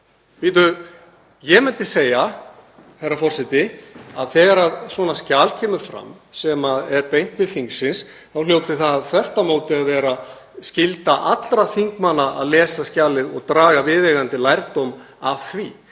Ég myndi segja, herra forseti, að þegar svona skjal kemur fram sem er beint til þingsins þá hljóti það þvert á móti að vera skylda allra þingmanna að lesa skjalið og draga viðeigandi lærdóm af því.